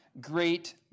great